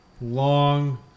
long